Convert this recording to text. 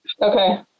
Okay